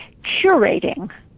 curating